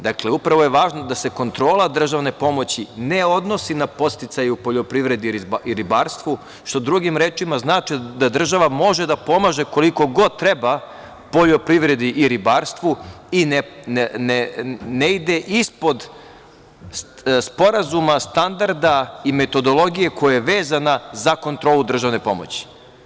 Dakle, upravo je važno da se kontrola državne pomoći ne odnosi na podsticaje u poljoprivredi i ribarstvu, što drugim rečima znači da država može da pomaže koliko god da treba poljoprivredi i ribarstvu i ne ide ispod sporazuma, standarda i metodologije koja je vezana za kontrolu državne pomoći.